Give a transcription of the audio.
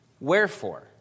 Wherefore